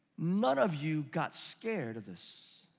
none of you got scared of this.